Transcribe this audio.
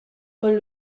con